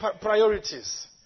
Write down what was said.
priorities